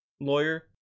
lawyer